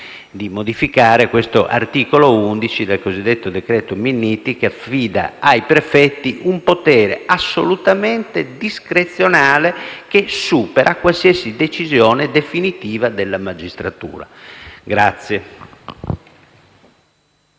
di modificare l'articolo 11 del cosiddetto decreto Minniti, che affida ai prefetti un potere assolutamente discrezionale, che supera qualsiasi decisione definitiva della magistratura.